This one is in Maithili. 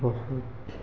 बहुत